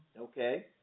Okay